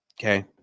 Okay